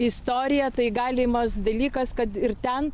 istoriją tai galimas dalykas kad ir ten